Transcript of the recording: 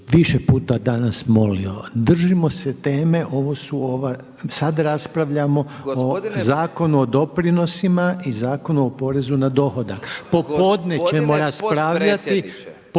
više puta danas molio držimo se teme sada raspravljamo o Zakonu o doprinosima i Zakonu o porezu na dohodak, popodne ćemo raspravljati